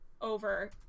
over